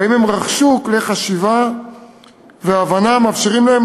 והאם הם רכשו כלי חשיבה והבנה המאפשרים להם